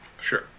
Sure